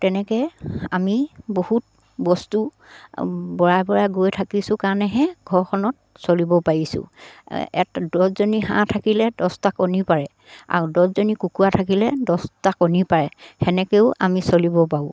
তেনেকে আমি বহুত বস্তু বঢ়াই বঢ়াই গৈ থাকিছোঁ কাৰণেহে ঘৰখনত চলিব পাৰিছোঁ দহজনী হাঁহ থাকিলে দহটাক কণী পাৰে আৰু দহজনী কুকুৰা থাকিলে দহটাক কণী পাৰে সেনেকেও আমি চলিব পাৰোঁ